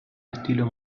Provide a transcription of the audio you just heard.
estilo